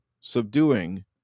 subduing